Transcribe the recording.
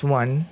one